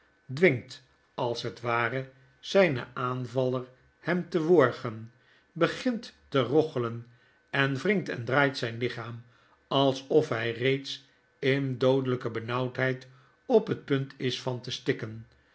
dwingt als het ware zijn aanvaller hem te worgen begint te roggelen en wringt en draait zyn lichaam alsof hy reeds in doodelyke benauwdheid op het punt is van te stikken